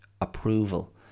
approval